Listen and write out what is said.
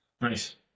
Nice